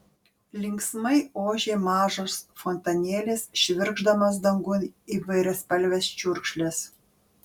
linksmai ošė mažas fontanėlis švirkšdamas dangun įvairiaspalves čiurkšles